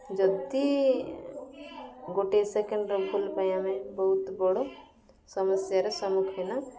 ଯଦି ଗୋଟଏ ସେକେଣ୍ଡର ଭୁଲ ପାଇଁ ଆମେ ବହୁତ ବଡ଼ ସମସ୍ୟାର ସମ୍ମୁଖୀନ